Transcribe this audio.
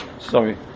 Sorry